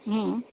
હં